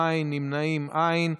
אין, נמנעים, אין.